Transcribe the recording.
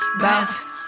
bounce